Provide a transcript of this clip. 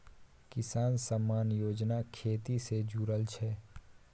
किसान सम्मान योजना खेती से जुरल छै